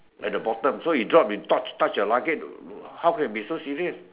at the bottom so he drop it touch the luggage how can be so serious